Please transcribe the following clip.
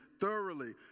thoroughly